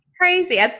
Crazy